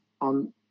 on